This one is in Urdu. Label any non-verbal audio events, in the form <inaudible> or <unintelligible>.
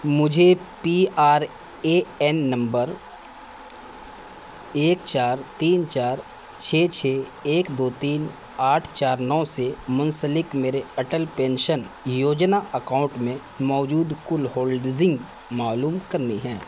مجھے P R A N number ایک چار تین چار چھ چھ ایک دو تین آٹھ چار نو سے منسلک میرے اٹل پینشن یوجنا اکاؤنٹ میں موجود کل <unintelligible> معلوم کرنی ہیں